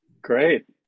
Great